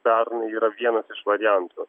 pernai yra vienas iš variantų